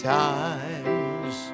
times